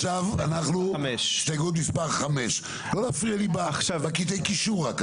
עכשיו אנחנו בהסתייגות מספר 5. אני